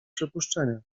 przypuszczenia